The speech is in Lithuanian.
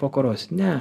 pakoros ne